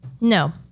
No